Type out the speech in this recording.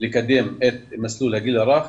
לקדם את מסלול הגיל הרך,